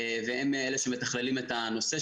והם אלה שמתכללים את הנושא.